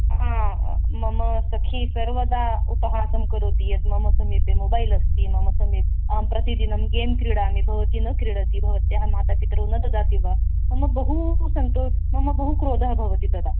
आ मम सखी सर्वदा उपहासं करोति यत् मम समीपे मोबैल् अस्ति मम समीपम् अहं प्रतिदिनं गेम् क्रीडामि भवती न क्रीडति भवत्याः मातापितरौ न ददाति वा मम बहु सन्तोषः मम बहु क्रोधः भवति तदा